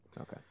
Okay